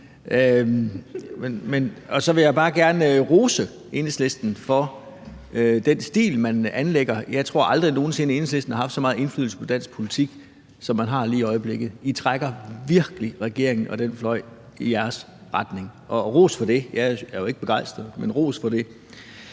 og så vil jeg bare gerne rose Enhedslisten for den stil, man anlægger. Jeg tror aldrig nogen sinde, Enhedslisten har haft så meget indflydelse på dansk politik, som man har lige i øjeblikket; I trækker virkelig regeringen og den fløj i jeres retning, og ros for det. Jeg er jo ikke begejstret, men ros for det.